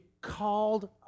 called